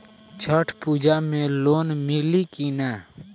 छठ पूजा मे लोन मिली की ना?